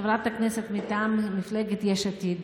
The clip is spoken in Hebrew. חברת כנסת מטעם מפלגת יש עתיד,